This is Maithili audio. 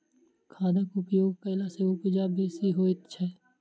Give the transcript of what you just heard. खादक उपयोग कयला सॅ उपजा बेसी होइत छै